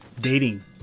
dating